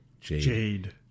Jade